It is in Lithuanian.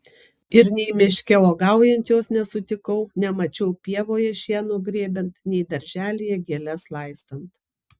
ir nei miške uogaujant jos nesutikau nemačiau pievoje šieno grėbiant nei darželyje gėles laistant